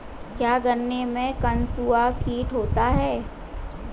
क्या गन्नों में कंसुआ कीट होता है?